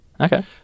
Okay